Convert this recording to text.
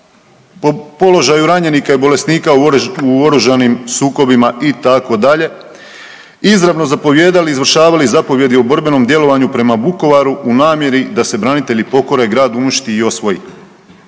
položaju ranjenika i bolesnika u oružanim sukobima itd. izravno zapovijedali i izvršavali zapovjedi o borbenom djelovanju prema Vukovaru u namjeri da se branitelji pokore, a grad uništi i osvoji.